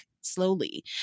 slowly